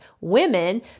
women